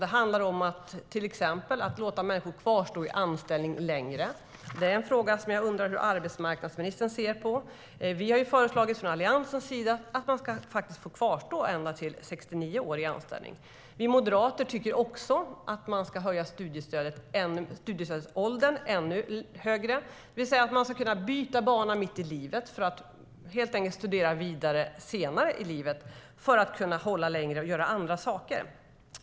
Det handlar till exempel också om att låta människor kvarstå i anställning längre. Det är en fråga som jag undrar hur arbetsmarknadsministern ser på. Från Alliansens sida har vi föreslagit att man ska få kvarstå i anställning ända till 69 år. Vi moderater tycker också att studiestödsåldern ska höjas ytterligare, det vill säga att man ska kunna byta bana mitt i livet och helt enkelt kunna studera vidare senare i livet för att kunna hålla längre och göra andra saker.